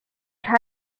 调查